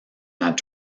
that